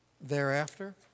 thereafter